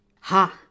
Ha